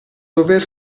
dover